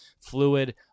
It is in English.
fluid